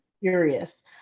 curious